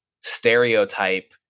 stereotype